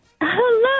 Hello